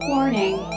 Warning